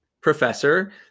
professor